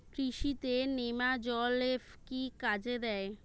কৃষি তে নেমাজল এফ কি কাজে দেয়?